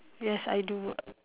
yes I do